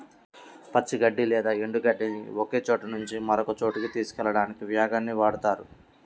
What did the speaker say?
పచ్చి గడ్డి లేదా ఎండు గడ్డిని ఒకచోట నుంచి మరొక చోటుకి తీసుకెళ్ళడానికి వ్యాగన్ ని వాడుతారు